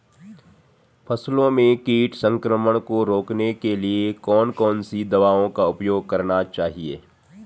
फसलों में कीट संक्रमण को रोकने के लिए कौन कौन सी दवाओं का उपयोग करना चाहिए?